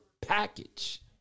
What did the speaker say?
package